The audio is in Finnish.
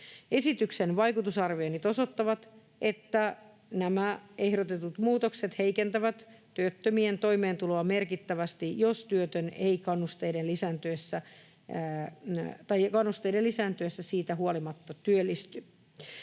Esityksen vaikutusarvioinnit osoittavat, että nämä ehdotetut muutokset heikentävät työttömien toimeentuloa merkittävästi, jos työtön ei kannusteiden lisääntyessä siitä huolimatta työllisty.